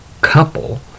couple